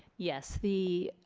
yes the